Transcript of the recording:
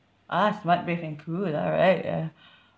ah smart brave and cool alright ya